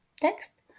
text